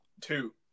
two